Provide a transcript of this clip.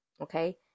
Okay